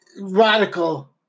radical